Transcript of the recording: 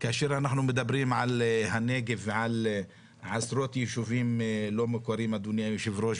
כאשר אנחנו מדברים על הנגב ועל עשרות ישובים לא מוכרים אדוני היו"ר,